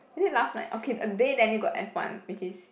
is it last night okay a day then it got F one which is